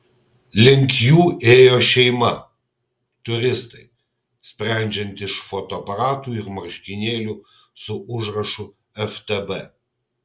link jų ėjo šeima turistai sprendžiant iš fotoaparatų ir marškinėlių su užrašu ftb